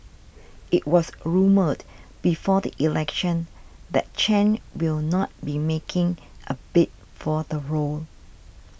it was rumoured before the election that Chen will not be making a bid for the role